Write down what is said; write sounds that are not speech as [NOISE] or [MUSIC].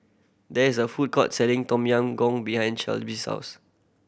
there is a food court selling Tom Yam Goong behind [UNINTELLIGIBLE] house